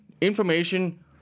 information